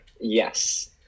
Yes